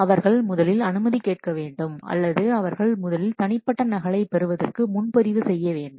அவர்கள் முதலில் அனுமதி கேட்க வேண்டும் அல்லது அவர்கள் முதலில் தனிப்பட்ட நகலை பெறுவதற்கு முன்பதிவு செய்ய வேண்டும்